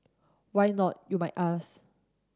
why not you might ask